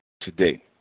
today